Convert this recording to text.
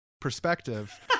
perspective